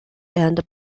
and